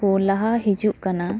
ᱠᱚ ᱞᱟᱦᱟ ᱦᱤᱡᱩᱜ ᱠᱟᱱᱟ